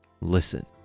listen